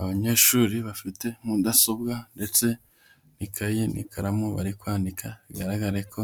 Abanyeshuri bafite mudasobwa ndetse, n'ikaye n'ikaramu bari kwandika, bigaragare ko